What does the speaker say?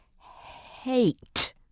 hate